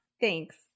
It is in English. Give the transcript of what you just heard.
Thanks